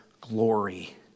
glory